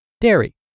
dairy